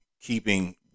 keeping